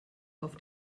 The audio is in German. auf